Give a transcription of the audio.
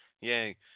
yay